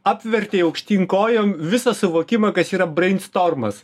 apvertei aukštyn kojom visą suvokimą kas yra breinstormas